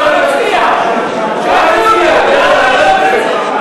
להצביע בעד להעביר את זה.